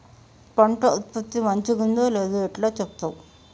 పంట ఉత్పత్తి మంచిగుందో లేదో ఎట్లా చెప్తవ్?